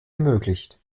ermöglicht